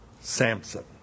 Samson